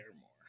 more